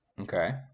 Okay